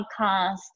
podcast